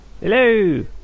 Hello